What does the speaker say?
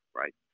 right